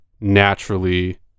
naturally